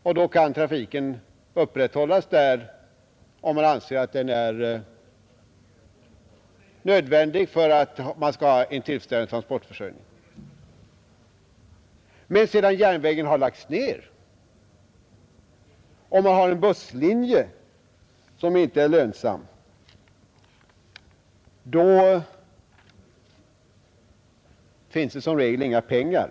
Trafiken kan då upprätthållas om man anser att den är nödvändig för att man skall ha en tillfredsställande transportförsörjning. Men sedan järnvägen har lagts ned och man då har en busslinje som inte är lönsam, finns det som regel inga pengar.